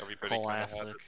Classic